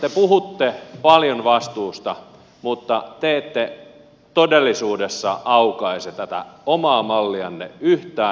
te puhutte paljon vastuusta mutta te ette todellisuudessa aukaise tätä omaa mallianne yhtään